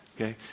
okay